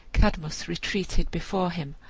cadmus retreated before him,